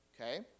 okay